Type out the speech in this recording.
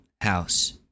house